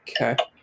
okay